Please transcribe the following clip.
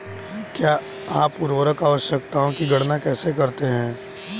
आप उर्वरक आवश्यकताओं की गणना कैसे करते हैं?